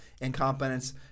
incompetence